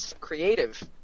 creative